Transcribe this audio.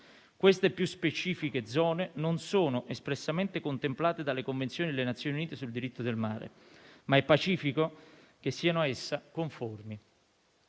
Queste più specifiche zone non sono espressamente contemplate dalla Convenzione delle Nazioni Unite sul diritto del mare, ma è pacifico che siano a essa conformi.